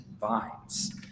vines